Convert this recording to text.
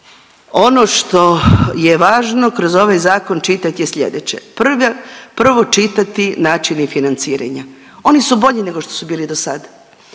ono što je važno kroz ovaj zakon čitat je slijedeće. Prvo čitati načini financiranja oni su bolji nego što su bili dosada